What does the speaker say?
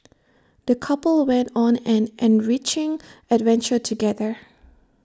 the couple went on an enriching adventure together